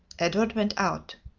edward went out.